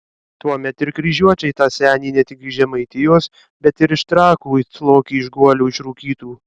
tuomet ir kryžiuočiai tą senį ne tik iš žemaitijos bet ir iš trakų it lokį iš guolio išrūkytų